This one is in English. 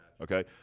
Okay